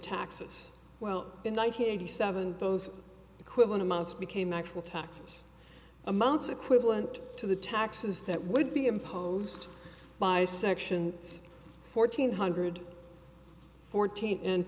taxes well in ninety seven those equivalent amounts became actual taxes amounts equivalent to the taxes that would be imposed by section fourteen hundred fourteen and